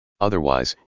Otherwise